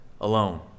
alone